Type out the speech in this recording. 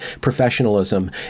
professionalism